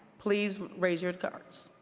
please raise your cards.